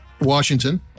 Washington